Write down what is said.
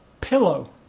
pillow